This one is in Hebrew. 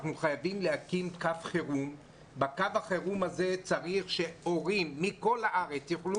אנחנו חייבים להקים קו חירום ולקו החירום הזה הורים מכל הארץ יוכלו